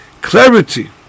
clarity